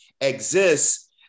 exists